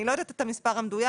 אני לא יודעת את המספר המדויק.